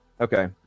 Okay